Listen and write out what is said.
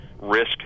risk